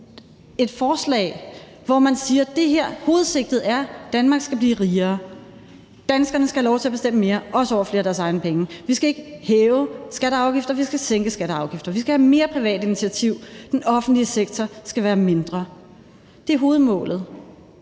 et forslag, hvor man siger, at hovedsigtet er, at Danmark skal blive rigere, at danskerne skal have lov til at bestemme mere, også over flere af deres egne penge, at vi ikke skal hæve skatter og afgifter, men sænke skatter og afgifter, at vi skal have mere privat initiativ, og at den offentlige sektor skal være mindre. I forhold